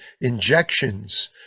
injections